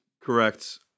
Correct